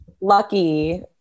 Lucky